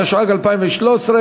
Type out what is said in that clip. התשע"ג 2013,